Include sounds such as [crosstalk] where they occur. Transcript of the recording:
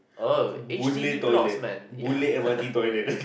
oh h_d_b blocks man [laughs]